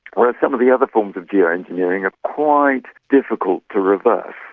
whereas some of the other forms of geo-engineering are quite difficult to reverse.